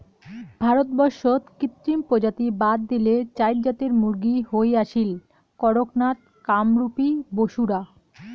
ভারতবর্ষত কৃত্রিম প্রজাতি বাদ দিলে চাইর জাতের মুরগী হই আসীল, কড়ক নাথ, কামরূপী, বুসরা